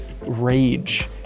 rage